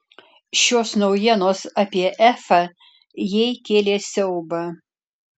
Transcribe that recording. šios naujienos apie efą jai kėlė siaubą